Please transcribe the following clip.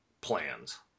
plans